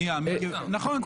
נכון,